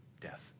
death